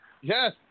Yes